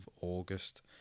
August